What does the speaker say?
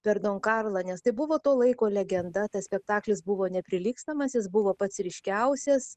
per don karlą nes tai buvo to laiko legenda tas spektaklis buvo neprilygstamas jis buvo pats ryškiausias